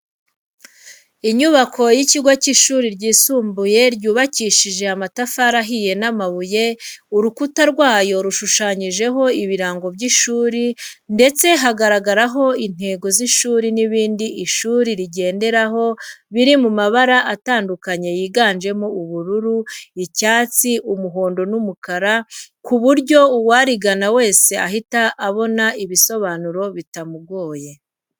Inyubako y'ikigo cy'ishuri ryisumbuye ryubakishije amatafari ahiye n'amabuye, urukuta rwayo rushushanyijeho ibirango by'ishuri ndetse hagaragaraho intego z'ishuri n'ibindi ishuri rigenderaho biri mu mabara atandukanye yiganjemo ubururu, icyatsi, umuhondo n'umukara, ku buryo uwarigana wese ahita abona ibisobanuro bitamugoye.